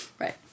Right